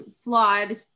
flawed